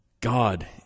God